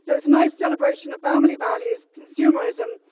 so it's a nice celebration of family values, consumerism,